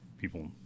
people